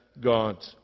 God